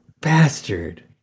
bastard